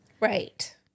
Right